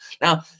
Now